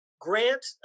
Grant